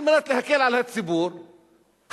כדי להקל על הציבור העני,